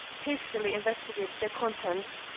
hastily investigated their contents.